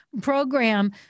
program